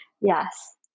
Yes